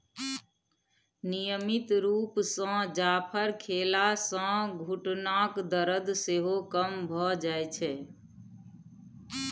नियमित रुप सँ जाफर खेला सँ घुटनाक दरद सेहो कम भ जाइ छै